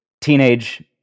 teenage